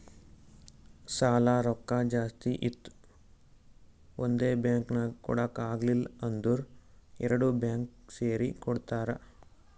ಸಾಲಾ ರೊಕ್ಕಾ ಜಾಸ್ತಿ ಇತ್ತು ಒಂದೇ ಬ್ಯಾಂಕ್ಗ್ ಕೊಡಾಕ್ ಆಗಿಲ್ಲಾ ಅಂದುರ್ ಎರಡು ಬ್ಯಾಂಕ್ ಸೇರಿ ಕೊಡ್ತಾರ